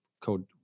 code